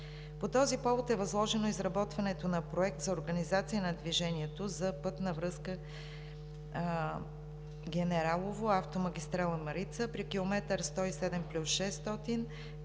По този повод е възложено изработването на проект за организация на движение за пътна връзка „Генералово“ – автомагистрала „Марица“ при км 107+600 към